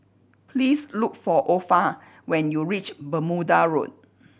please look for Orpha when you reach Bermuda Road